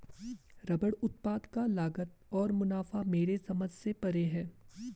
rubber उत्पाद का लागत और मुनाफा मेरे समझ से परे है